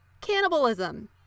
cannibalism